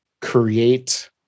create